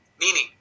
meaning